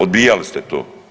Odbijali ste to.